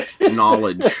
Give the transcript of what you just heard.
knowledge